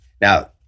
Now